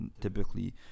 typically